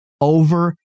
over